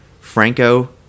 Franco